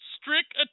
strict